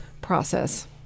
process